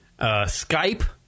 Skype